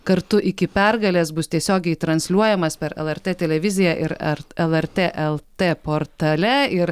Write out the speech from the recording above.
kartu iki pergalės bus tiesiogiai transliuojamas per lrt televiziją ir ar lrt lt portale ir